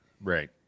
Right